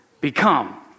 become